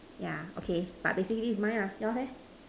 yeah okay but basically that's mine ah yours eh